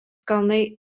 kalnai